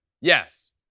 yes